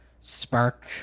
spark